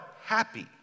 happy